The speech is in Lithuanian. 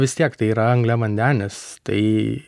vis tiek tai yra angliavandenis tai